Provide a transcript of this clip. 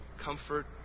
comfort